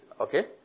okay